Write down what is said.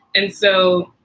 and so,